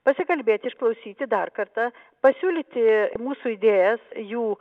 pasikalbėti išklausyti dar kartą pasiūlyti mūsų idėjas jų